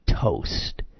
toast